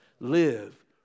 Live